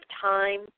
time